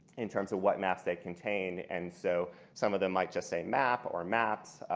in terms of what maps they contained. and so some of them might just say map or maps.